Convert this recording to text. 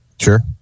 Sure